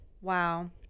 wow